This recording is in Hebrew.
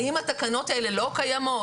האם התקנות האלה לא קיימות?